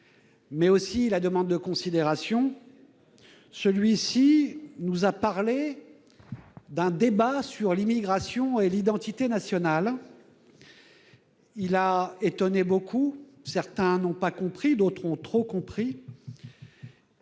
mais aussi à la demande de considération, celui-ci nous a parlé d'un débat sur l'immigration et l'identité nationale. Il a beaucoup étonné. Certains n'ont pas compris, d'autres ont trop compris.